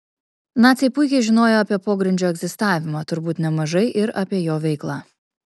naciai puikiai žinojo apie pogrindžio egzistavimą turbūt nemažai ir apie jo veiklą